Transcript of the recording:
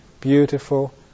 beautiful